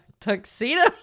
tuxedo